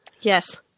Yes